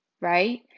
right